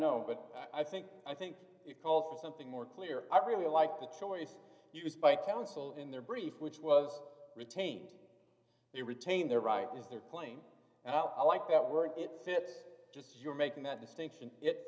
know but i think i think it calls for something more clear i really like the choice used by counsel in their brief which was retained to retain their right is their claim and i like that word it fits just you're making that distinction it